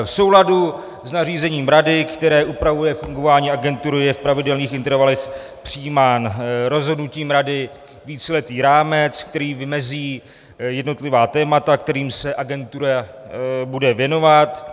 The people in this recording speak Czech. V souladu s nařízením Rady, které upravuje fungování agentury, je v pravidelných intervalech přijímán rozhodnutím Rady víceletý rámec, který vymezí jednotlivá témata, kterým se agentura bude věnovat.